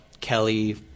Kelly